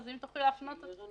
אשמח אם תוכלי להפנות אותי.